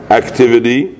activity